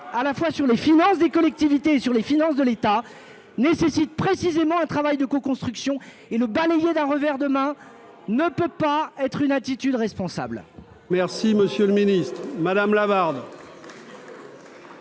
à la fois sur les finances des collectivités sur les finances de l'État nécessite précisément un travail de co-construction et le balayer d'un revers de main ne peut pas être une attitude responsable.